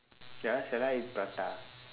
ya should I eat prata